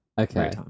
Okay